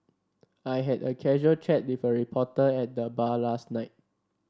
I had a casual chat with a reporter at the bar last night